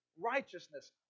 Righteousness